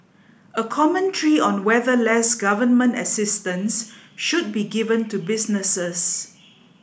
a commentary on whether less government assistance should be given to businesses